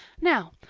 now,